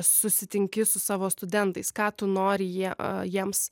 susitinki su savo studentais ką tu nori jie jiems